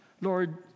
Lord